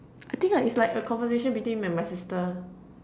I think I it's like a conversation between me and my sister